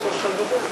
בהסכמה.